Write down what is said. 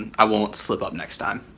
i won't slip up next time.